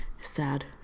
sad